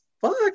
fuck